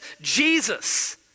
Jesus